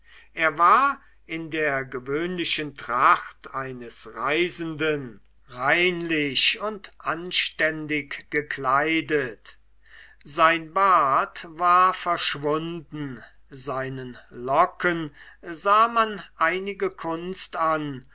er war in der gewöhnlichen tracht eines reisenden reinlich und anständig gekleidet sein bart war verschwunden seinen locken sah man einige kunst an